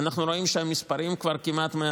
אנחנו רואים שהמספרים כבר כמעט 100%,